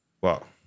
Wow